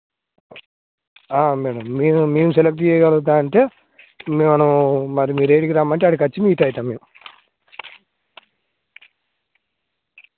madam మేము మేము select చేయగలుగుతా అంటే మనం మరి మీరేడికి రమ్మంటే అక్కడికి వచ్చి మీట్ అవుతాం మేము